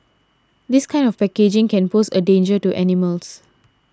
this kind of packaging can pose a danger to animals